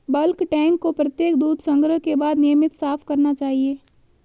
bulk tank को प्रत्येक दूध संग्रह के बाद नियमित साफ करना चाहिए